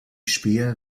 späher